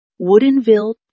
Woodenville